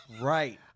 Right